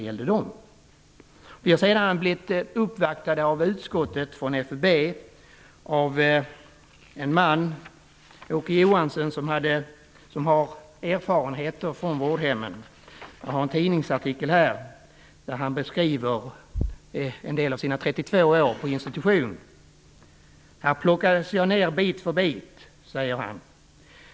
Utskottet har senare blivit uppvaktad av en man från FUB, Åke Johansson, som har erfarenheter från vårdhem. I en tidningsartikel beskriver han en del av sina 32 år på institution. Han säger att han plockades ned bit för bit.